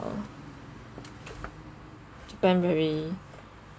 japan very